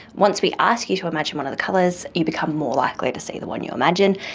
once we ask you to imagine one of the colours, you become more likely to see the one you imagine,